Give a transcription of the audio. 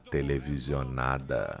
Televisionada